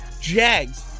Jags